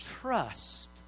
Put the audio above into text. trust